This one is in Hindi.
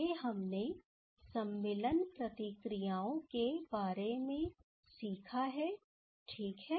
आगे हमने सम्मिलन प्रतिक्रियाओं के बारे में सीखा ठीक है